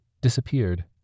disappeared